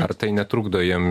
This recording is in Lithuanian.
ar tai netrukdo jiem